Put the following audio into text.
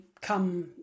come